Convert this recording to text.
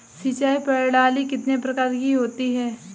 सिंचाई प्रणाली कितने प्रकार की होती है?